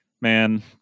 Man